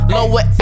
Lower